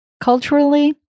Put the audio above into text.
culturally